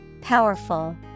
Powerful